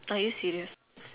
are you serious